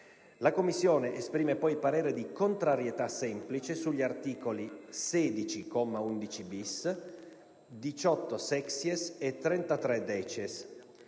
La Commissione esprime poi parere di contrarietà semplice sugli articoli 16, comma 1 l-*bis*, 18-*sexies* e 33-*decies*.